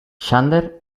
xander